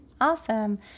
Awesome